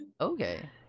Okay